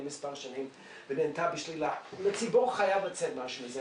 כמה שנים והיא נענתה בשלילה לציבור חייב לצאת משהו מזה.